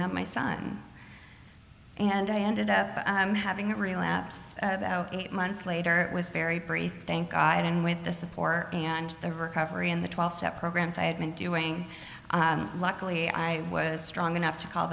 have my son and i ended up having a relapse eight months later it was very brief thank god and with the support and the recovery in the twelve step programs i had been doing luckily i was strong enough to call